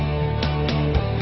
no